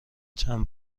چند